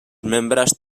membres